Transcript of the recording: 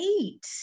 eight